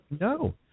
No